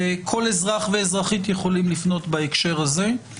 וכול אזרח ואזרחית יכולים לפנות בהקשר הזה.